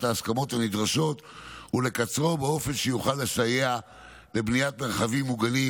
ההסכמות הנדרשות ולקצרו באופן שיוכל לסייע לבניית מרחבים מוגנים,